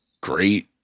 great